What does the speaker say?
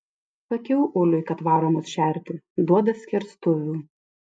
sakiau uliui kad varo mus šerti duoda skerstuvių